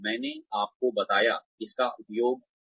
मैंने आपको बताया इसका उपयोग कैसे किया जाता है